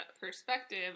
perspective